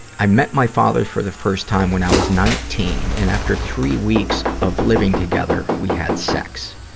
i met my father for the first time when i was nineteen, and after three weeks of living together we had sex.